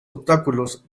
obstáculos